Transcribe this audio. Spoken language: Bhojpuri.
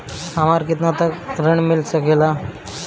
हमरा केतना तक ऋण मिल सके ला?